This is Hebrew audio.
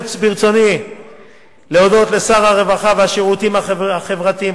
ברצוני להודות לשר הרווחה והשירותים החברתיים,